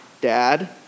Dad